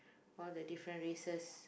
all the different races